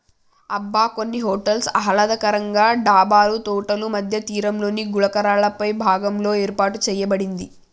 అబ్బ కొన్ని హోటల్స్ ఆహ్లాదకరంగా డాబాలు తోటల మధ్య తీరంలోని గులకరాళ్ళపై భాగంలో ఏర్పాటు సేయబడింది